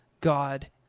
God